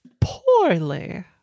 Poorly